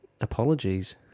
apologies